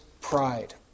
pride